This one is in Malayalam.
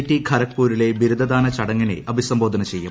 ടി ഖരഗ്പൂരിലെ ബിരുദ ദാന ചടങ്ങിനെ അഭിസംബോധന ചെയ്യും